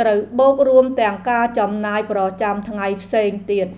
ត្រូវបូករួមទាំងការចំណាយប្រចាំថ្ងៃផ្សេងទៀត។